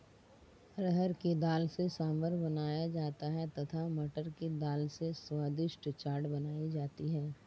अरहर की दाल से सांभर बनाया जाता है तथा मटर की दाल से स्वादिष्ट चाट बनाई जाती है